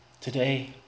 today